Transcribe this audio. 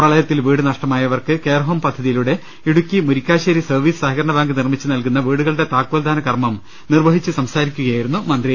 പ്രളയത്തിൽ വീട് നഷ്ടമായവർക്ക് കെയർ ഹോം പദ്ധതിയിലൂടെ ഇടുക്കി മുരിക്കാശ്ശേരി സർവ്വീസ് സഹകരണ ബാങ്ക് നിർമ്മിച്ചു നൽകുന്ന വീടുകളുടെ താക്കോൽദാന കർമ്മം നിർവ്വഹിച്ചു സംസാരിക്കുകയായിരുന്നു അദ്ദേഹം